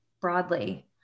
broadly